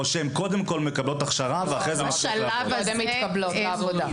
או שהן קודם כל מקבלות הכשרה ואחרי זה מתחילות לעבוד?